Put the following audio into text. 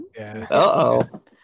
Uh-oh